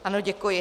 Ano, děkuji.